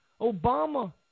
Obama